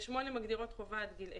ושמונה מדינות מגדירות חובה עד גיל עשר.